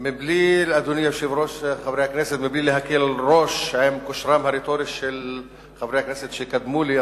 מבלי להקל ראש בכושרם הרטורי של חברי הכנסת שקדמו לי,